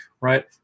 right